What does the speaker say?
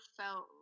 felt